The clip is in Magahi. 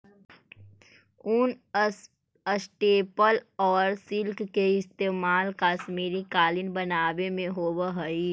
ऊन, स्टेपल आउ सिल्क के इस्तेमाल कश्मीरी कालीन बनावे में होवऽ हइ